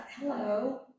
Hello